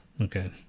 okay